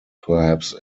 perhaps